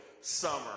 summer